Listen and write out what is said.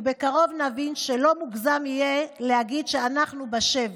ובקרוב נבין שלא מוגזם יהיה להגיד שאנחנו בשבי.